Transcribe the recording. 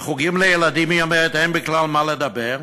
על חוגים לילדים, היא אומרת, אין בכלל מה לדבר.